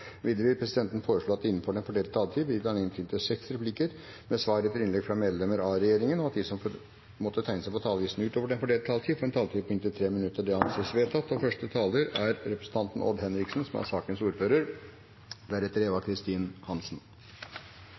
Videre vil presidenten foreslå at det blir gitt anledning til replikkordskifte på inntil seks replikker med svar etter innlegg fra medlemmer av regjeringen innenfor den fordelte taletid, og at de som måtte tegne seg på talerlisten utover den fordelte taletid, får en taletid på inntil 3 minutter. – Det anses vedtatt. Dyrevelferd i norsk kyllingproduksjon er et område som det har vært stort fokus på, og som